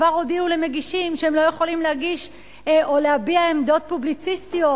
כבר הודיעו למגישים שהם לא יכולים להביע עמדות פובליציסטיות,